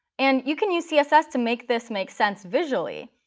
and you can use css to make this make sense visually,